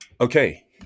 Okay